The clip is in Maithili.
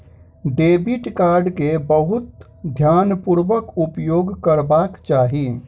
डेबिट कार्ड के बहुत ध्यानपूर्वक उपयोग करबाक चाही